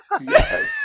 Yes